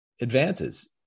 advances